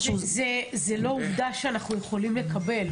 זה לא עובדה שאנחנו יכולים לקבל.